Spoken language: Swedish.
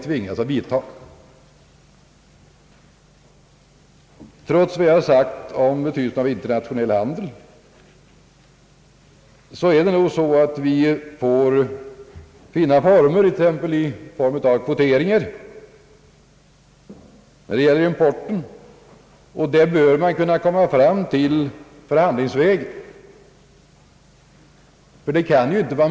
Trots vad jag har sagt om betydelsen av internationell handel måste vi nog finna former, t.ex. kvoteringar, när det gäller importen, och sådana bör man kunna nå fram till förhandlingsvägen.